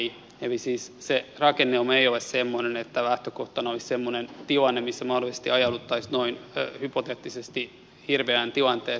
eli siis se rakennelma ei ole semmoinen että lähtökohtana olisi semmoinen tilanne missä mahdollisesti ajauduttaisiin noin hypoteettisesti hirveään tilanteeseen